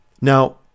Now